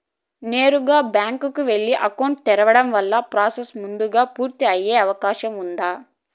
నేరుగా బ్యాంకు కు వెళ్లి అకౌంట్ తెరవడం వల్ల ప్రాసెస్ ముందుగా పూర్తి అయ్యే అవకాశం ఉందా?